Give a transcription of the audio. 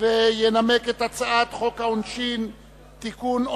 וינמק את הצעת חוק העונשין (תיקון,